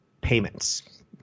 payments